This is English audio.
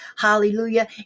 hallelujah